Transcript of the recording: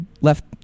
left